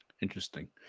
Interesting